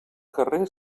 carrer